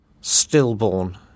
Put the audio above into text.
Stillborn